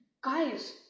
Guys